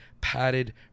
padded